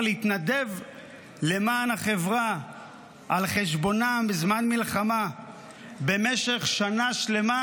להתנדב למען החברה על חשבונם בזמן מלחמה במשך שנה שלמה,